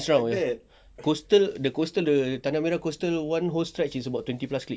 it's wrong coastal the coastal tanah merah coastal one whole stretch is about twenty plus clicks